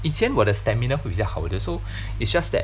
以前我的 stamina 会比较好的 so it's just that